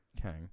Kang